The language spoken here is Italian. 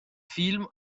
film